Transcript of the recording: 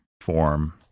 form